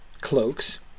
cloaks